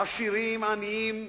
עשירים-עניים.